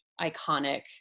iconic